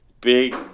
Big